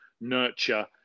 nurture